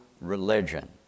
religion